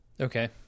Okay